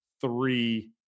three